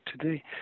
today